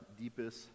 deepest